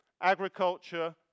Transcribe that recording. agriculture